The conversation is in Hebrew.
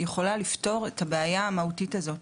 יכולה לפתור את הבעיה המהותית הזאת,